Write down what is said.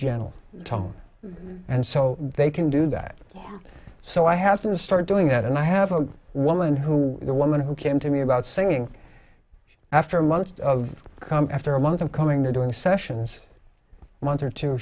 gentle tone and so they can do that so i have to start doing that and i have a woman who the woman who came to me about singing after months come after a month of coming to doing sessions a month or two